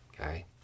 okay